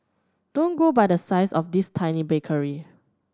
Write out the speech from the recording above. don't go by the size of this tiny bakery